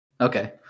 Okay